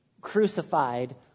crucified